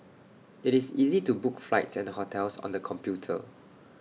IT is easy to book flights and hotels on the computer